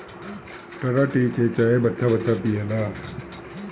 Tata tea के चाय बच्चा बच्चा पियेला